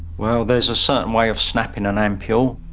well, there's a certain way of snapping an ampule.